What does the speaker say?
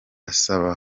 asaba